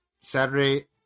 Saturday